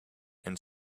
and